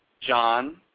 John